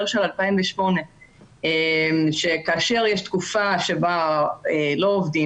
של 2008. כאשר יש תקופה שבה לא עובדים,